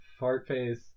Fartface